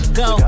go